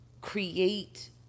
create